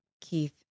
Keith